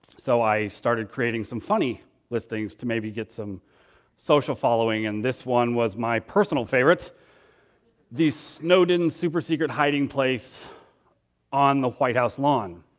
so i started creating some funny listings to maybe get some social following, and this one was my personal favorite the snowden super secret hiding place on the white house lawn.